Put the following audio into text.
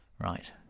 right